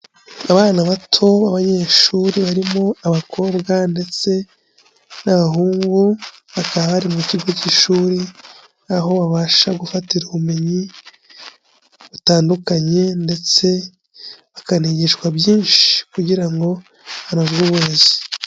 Abana bato b'abanyeshuri barimo abakobwa ndetse n'abahungu, bakaba bari mu kigo cy'ishuri, aho babasha gufatira ubumenyi butandukanye ndetse bakanigishwa byinshi kugira ngo baronke uburezi.